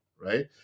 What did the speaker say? right